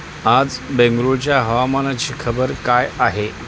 आज बेंगलोरच्या हवामानाची खबर काय आहे